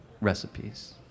recipes